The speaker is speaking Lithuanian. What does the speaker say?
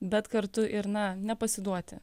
bet kartu ir na nepasiduoti